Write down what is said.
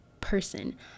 person